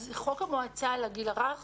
חוק המועצה לגיל הרך